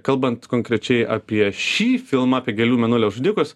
kalbant konkrečiai apie šį filmą apie gėlių mėnulio žudikus